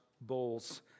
bowls